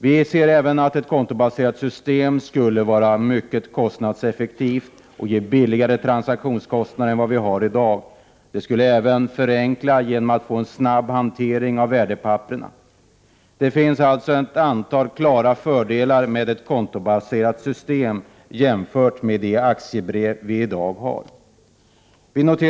Vi ser även att ett kontobaserat system skulle vara mycket kostnadseffektivt och ge lägre transaktionskostnader än i dag. Det skulle även förenkla hanteringen och medföra en snabbare hantering av värdepappren. Det finns alltså ett antal klara fördelar med ett kontobaserat system jämfört med de aktiebrev vi har i dag.